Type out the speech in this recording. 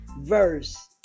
verse